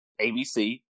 ABC